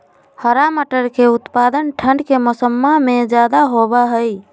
हरा मटर के उत्पादन ठंढ़ के मौसम्मा में ज्यादा होबा हई